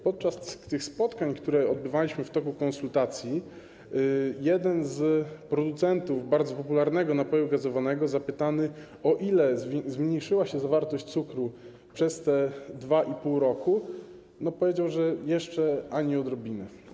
Podczas spotkań, które odbywaliśmy w toku konsultacji, jeden z producentów bardzo popularnego napoju gazowanego zapytany, o ile zmniejszyła się zawartość cukru przez te 2,5 roku, powiedział, że jeszcze ani odrobinę.